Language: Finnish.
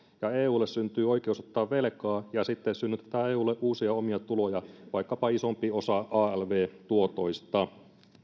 ja eulle syntyy oikeus ottaa velkaa ja sitten synnytetään eulle uusia omia tuloja vaikkapa isompi osa alv tuotoista